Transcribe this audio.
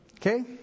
Okay